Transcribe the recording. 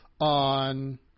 on